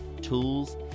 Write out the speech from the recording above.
tools